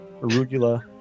Arugula